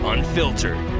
Unfiltered